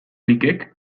likek